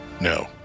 No